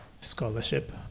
scholarship